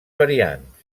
variants